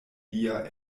lia